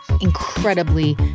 incredibly